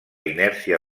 inèrcia